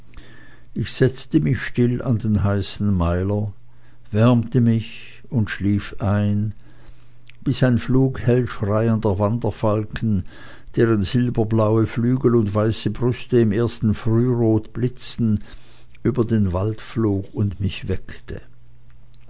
ich setzte mich still an den heißen meiler wärmte mich und schlief ein bis ein flug hellschreiender wanderfalken deren silberblaue flügel und weiße brüste im ersten frührot blitzten über den wald flog und mich